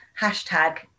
hashtag